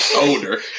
older